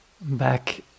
back